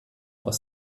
was